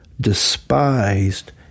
despised